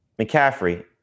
McCaffrey